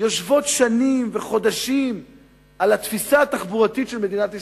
יושבות שנים וחודשים על התפיסה התחבורתית של מדינת ישראל,